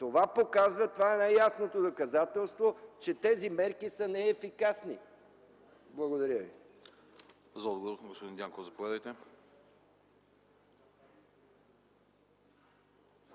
на цигарите. Това е най-ясното доказателство, че тези мерки са неефикасни. Благодаря ви.